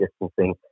distancing